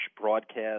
broadcast